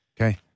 Okay